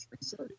Research